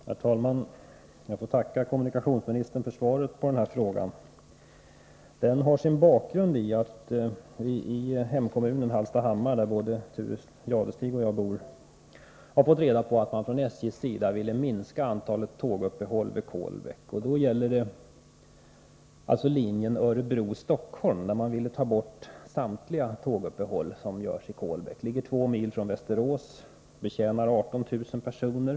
Herr talman! Jag får tacka kommunikationsministern för svaret på min interpellation. Den har sin bakgrund i att man i Hallstahammar, där både Thure Jadestig och jag bor, har fått reda på att SJ vill minska antalet tåguppehåll vid Kolbäck. Det gäller linjen Örebro-Stockholm, och SJ vill slopa samtliga tåguppehåll som görs vid Kolbäck. Kolbäck ligger två mil från Västerås. Stationen betjänar 18 000 personer.